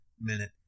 minute